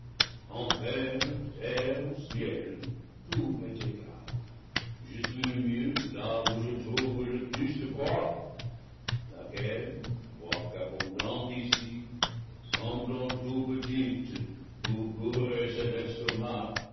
égal je suis le mieux là où je trouve le plus de proie laquelle quoique abondante ici semble en tout petite pour